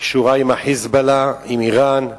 שקשורה עם ה"חיזבאללה", עם אירן,